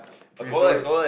we sold it